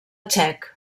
txec